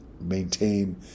maintain